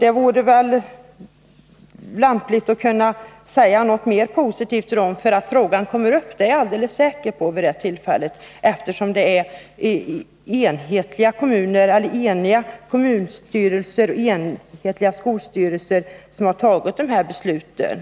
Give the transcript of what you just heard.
Det vore väl lämpligt att kunna ge dem ett mera positivt besked — att frågan kommer upp vid det tillfället är jag alldeles säker på; det är eniga kommunstyrelser och eniga skolstyrelser som står bakom framställningen.